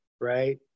right